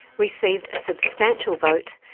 received a substantial vote,